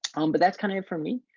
um but that's kind of it for me.